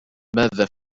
ماذا